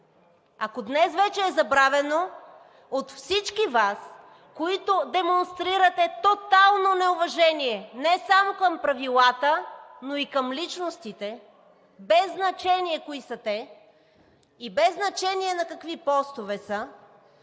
Ако днес вече е забравено от всички Вас, които демонстрирате тотално неуважение не само към правилата, но и към личностите – без значение кои са те и без значение на какви постове са,